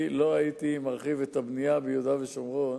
לא הייתי מרחיב את הבנייה ביהודה ושומרון,